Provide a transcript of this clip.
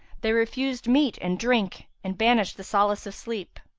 they refused meat and drink and banished the solace of sleep.